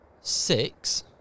six